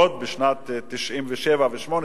עוד בשנת 1997 1998,